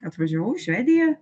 atvažiavau į švediją